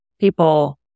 people